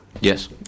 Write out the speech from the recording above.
Yes